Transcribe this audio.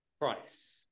price